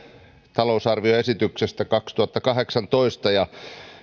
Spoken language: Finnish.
talousarvioesityksestä kaksituhattakahdeksantoista ja